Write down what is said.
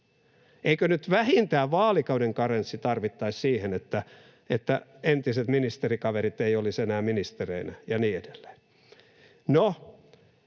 Eikö nyt vähintään vaalikauden karenssi tarvittaisi siihen, että entiset ministerikaverit eivät olisi enää ministereinä ja niin edelleen?